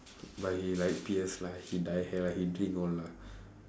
but he like P S lah he dye hair lah he drink all lah